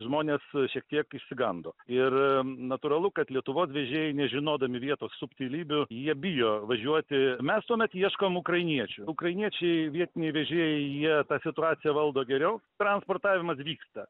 žmonės šiek tiek išsigando ir natūralu kad lietuvos vežėjai nežinodami vietos subtilybių jie bijo važiuoti mes tuomet ieškom ukrainiečių ukrainiečiai vietiniai vežėjai jie tą situaciją valdo geriau transportavimas vyksta